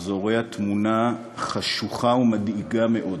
מראה תמונה חשוכה ומדאיגה מאוד